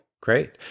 great